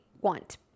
want